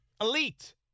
Elite